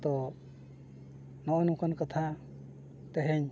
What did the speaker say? ᱛᱚ ᱱᱚᱜᱼᱚᱭ ᱱᱚᱝᱠᱟᱱ ᱠᱟᱛᱷᱟ ᱛᱮᱦᱮᱧ